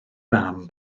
fam